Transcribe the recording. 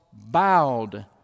bowed